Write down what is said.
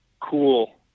cool